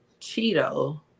Cheeto